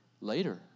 later